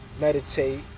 Meditate